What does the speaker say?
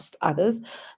others